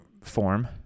form